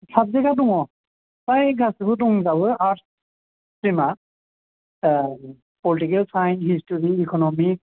साबजेका दङ फ्राय गासिबो दंबावो आर्ट्स स्ट्रिमा पलिटिकेल साइन्स हिस्त'रि इक'न'मिक्स